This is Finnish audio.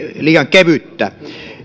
liian kevyttä